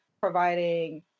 providing